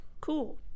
cool